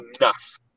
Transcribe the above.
enough